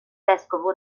vescovo